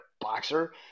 boxer